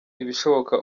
ibishoboka